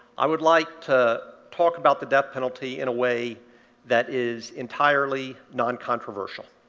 i would like to talk about the death penalty in a way that is entirely noncontroversial.